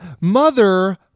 mother